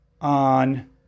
on